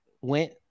went